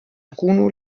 bruno